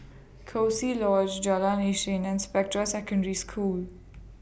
Coziee Lodge Jalan Isnin and Spectra Secondary School